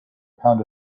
pound